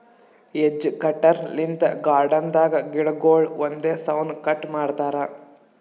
hedge cutter ಲಿಂತ್ garden ದಾಗ್ ಗಿಡಗೊಳ್ ಒಂದೇ ಸೌನ್ ಕಟ್ ಮಾಡ್ತಾರಾ